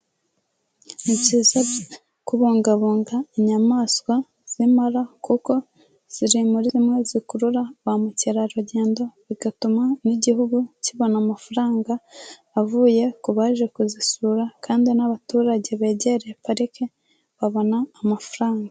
Ni byiza kubungabunga inyamaswa z'impala kuko ziri muri zimwe zikurura ba mukerarugendo, bigatuma n'igihugu kibona amafaranga avuye ku baje kuzisura kandi n'abaturage begereye parike babona amafaranga.